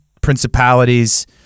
principalities